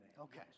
Okay